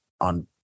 on